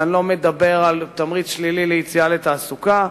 ואני לא מדבר על תמריץ שלילי ליציאה לתעסוקה.